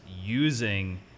using